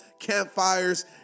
campfires